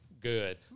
good